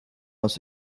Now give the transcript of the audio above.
aus